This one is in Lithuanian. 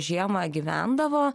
žiemą gyvendavo